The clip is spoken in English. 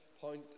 point